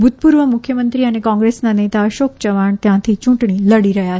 ભૂતપૂર્વ મુખ્યમંત્રી અને કોંગ્રેસના નેતા અશોક યવાણ ત્યાંથી યૂંટણી લડી રહ્યા છે